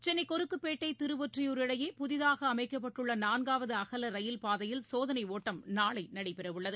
சென்னைகொருக்குபேட்டை இடையே திருவொற்றியூர் புதிதாகஅமைக்கப்பட்டுள்ளநான்காவதுஅகலரயில் பாதையில் சோதனையோட்டம் நாளைநடைபெறவுள்ளது